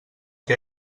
què